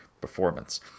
performance